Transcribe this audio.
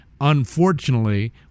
Unfortunately